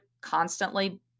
constantly